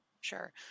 sure